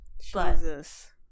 Jesus